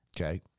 Okay